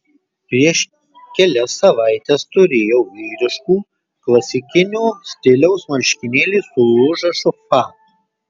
prieš kelias savaites turėjau vyriškų klasikinio stiliaus marškinėlių su užrašu fa